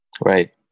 Right